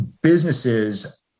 businesses